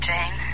Jane